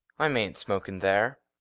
i mayn't smoke in there.